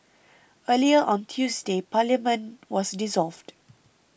earlier on Tuesday Parliament was dissolved